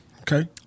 Okay